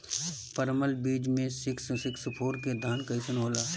परमल बीज मे सिक्स सिक्स फोर के धान कईसन होला?